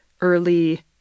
early